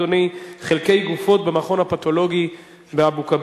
אדוני: חלקי גופות במכון הפתולוגי באבו-כביר.